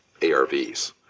ARVs